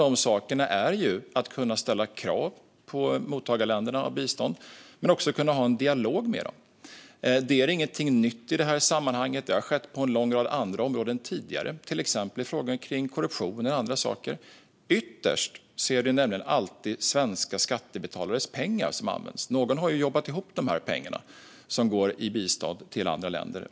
En sak handlar om att kunna ställa krav på de länder som är mottagare av bistånd, men det handlar också om att kunna ha en dialog med dem. Det är ingenting nytt i detta sammanhang. Det har skett på en lång rad andra områden tidigare, till exempel när det gäller korruption och andra saker. Ytterst är det nämligen alltid svenska skattebetalares pengar som används. Någon har jobbat ihop de pengar som går till bistånd till andra länder.